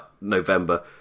November